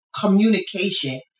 communication